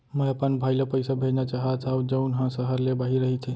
मै अपन भाई ला पइसा भेजना चाहत हव जऊन हा सहर ले बाहिर रहीथे